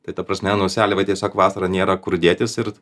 tai ta prasme nu seliavai tiesiog vasarą nėra kur dėtis ir